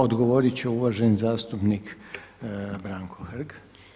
Odgovorit će uvaženi zastupnik Branko Hrg.